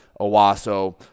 Owasso